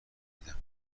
دیدم